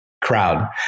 crowd